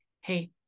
hey